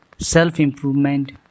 self-improvement